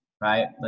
right